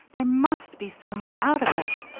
there must be some way out of it.